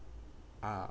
uh